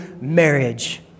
marriage